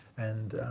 and,